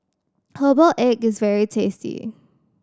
herbal egg is very tasty